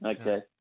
Okay